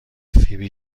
فیبی